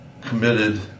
committed